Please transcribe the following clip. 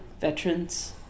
veterans